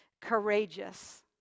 Courageous